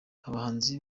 abahanzi